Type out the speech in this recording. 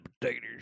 Potatoes